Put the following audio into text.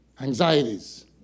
Anxieties